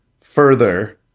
further